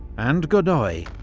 and godoy,